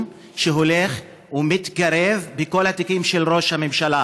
שהולך ומתקרב בכל התיקים של ראש הממשלה.